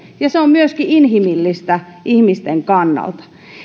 ja se on myöskin inhimillistä ihmisten kannalta